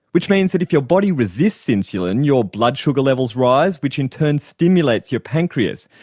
which means that if your body resists insulin, your blood sugar levels rise, which in turn stimulates your pancreas,